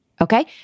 Okay